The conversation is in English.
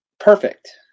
perfect